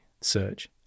search